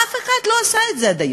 אף אחד לא עשה את זה עד היום.